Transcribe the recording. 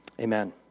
Amen